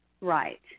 Right